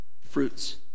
fruits